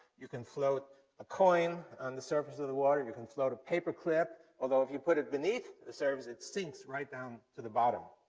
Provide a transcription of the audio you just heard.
you can float a coin on the surface of the water, you can float a paperclip, although if put it beneath the surface it sinks right down to the bottom.